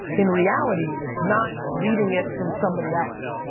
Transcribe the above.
in reality, not reading it from somebody else.